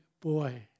boy